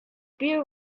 beer